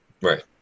Right